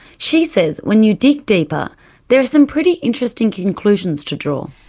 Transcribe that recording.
she says when you dig deeper there are some pretty interesting conclusions to draw.